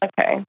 Okay